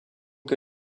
que